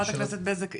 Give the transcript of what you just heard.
חברת הכנסת בזק,